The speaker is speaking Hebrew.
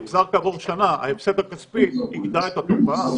אם הוא יוחזר כעבור שנה ההפסד הכספי יגדע את התופעה.